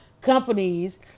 companies